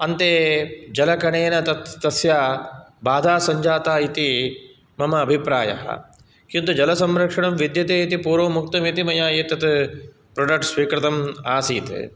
अन्ते जलकणेन तत् तस्य बाधासञ्जात इति मम अभिप्रायः किन्तु जल संरक्षणं विद्यते इति पूर्वमुक्तम् इति मया एतत् प्रोडक्ट् स्वीकृतम् आसीत्